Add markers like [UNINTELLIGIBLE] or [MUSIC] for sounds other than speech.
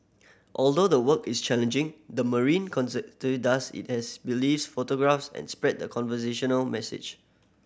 although the work is challenging the marine [UNINTELLIGIBLE] does it as believes photographs and spread the conservational message